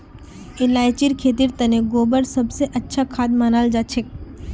इलायचीर खेतीर तने गोबर सब स अच्छा खाद मनाल जाछेक